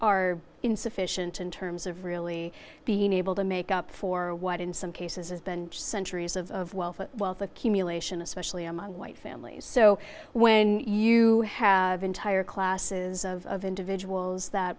are insufficient in terms of really being able to make up for what in some cases has been centuries of wealth accumulation especially among white families so when you have entire classes of individuals that